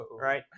Right